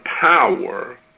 power